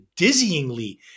dizzyingly